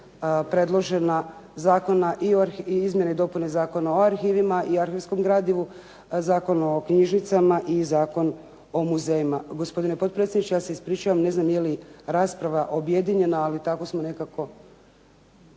predložena zakona i izmjene i dopune Zakona o arhivima i arhivskom gradivu, Zakon o knjižnicama i Zakon o muzejima. Gospodine potpredsjedniče, ja se ispričavam, ne znam je li rasprava objedinjena ali tako smo nekako.